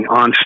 on